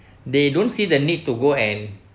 they don't see the need to go and